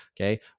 Okay